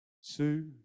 Sue